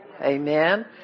Amen